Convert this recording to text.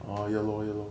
ah ya lor ya lor